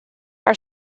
are